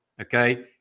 Okay